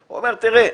הוא אומר: תראה,